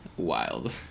wild